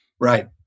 Right